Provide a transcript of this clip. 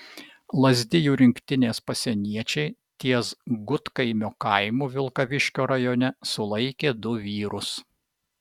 lazdijų rinktinės pasieniečiai ties gudkaimio kaimu vilkaviškio rajone sulaikė du vyrus